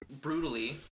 brutally